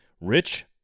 rich